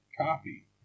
copy